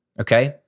okay